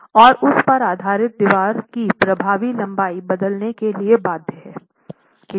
और उस पर आधारित दीवार की प्रभावी लंबाई बदलने के लिए बाध्य है